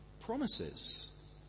Promises